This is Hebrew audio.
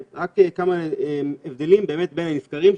אומר רק כמה הבדלים בין הנסקרים,